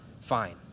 fine